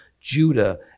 Judah